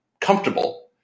comfortable